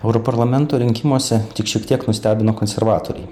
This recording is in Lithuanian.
europarlamento rinkimuose tik šiek tiek nustebino konservatoriai